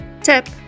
Tip